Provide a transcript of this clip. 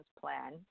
plan